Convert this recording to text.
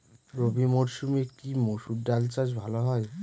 রবি মরসুমে কি মসুর ডাল চাষ ভালো হয়?